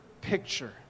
picture